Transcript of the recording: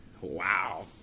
Wow